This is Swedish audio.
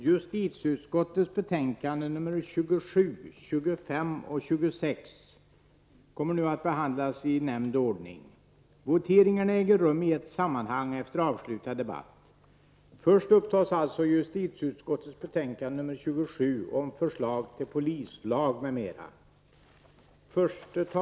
Justitieutskottets betänkanden 27, 25 och 26 kommer att behandlas i nu nämnd ordning. Voteringarna äger rum i ett sammanhang efter avslutad debatt. Först upptas alltså justitieutskottets betänkande 27 om förslag till polislag m.m.